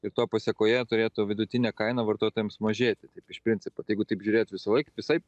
ir to pasėkoje turėtų vidutinė kaina vartotojams mažėti taip iš principo tai jeigu taip žiūrėt visąlaik visaip